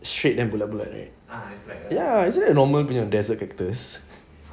straight then bulat-bulat eh right ya isn't it a normal desert cactus